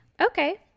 Okay